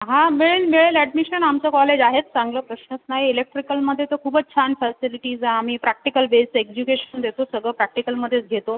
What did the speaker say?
हां मिळेल मिळेल अॅडमिशन आमचं कॉलेज आहेच चांगलं प्रश्नच नाही इलेक्ट्रिकलमध्ये तर खूपच छान फॅसिलिटीज आम्ही प्रॅक्टिकल बेस एज्युकेशन देतो सगळं प्रॅक्टिकलमध्येच घेतो